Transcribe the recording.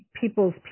people's